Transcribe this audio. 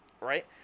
right